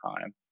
time